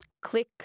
Click